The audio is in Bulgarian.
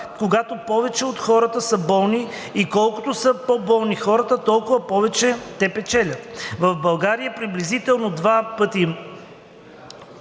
когато повече от хората са болни, и колкото са по-болни хората, толкова повече печелят. В България приблизително два пъти